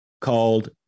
called